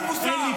אל תטיף לנו מוסר.